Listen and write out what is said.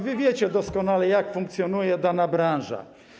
Wy wiecie doskonale, jak funkcjonuje dana branża.